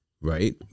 right